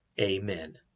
amen